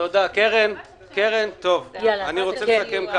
אני רוצה לסכם.